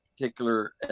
particular